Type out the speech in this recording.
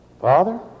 Father